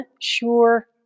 sure